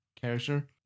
character